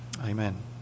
Amen